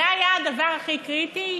זה היה הדבר הכי קריטי?